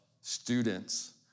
students